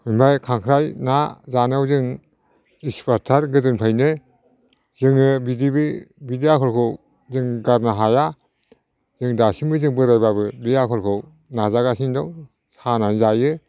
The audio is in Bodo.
ओमफ्राय खांख्राइ ना जानायाव जों एक्सपार्टथार गोदोनिफ्रायनो जोङो बिदि आखलखौ जों गारनो हाया जों दासिमबो जों बोराइबाबो बिदि आखलखौ नाजागासिनो दं सानानै जायो